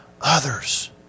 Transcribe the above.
others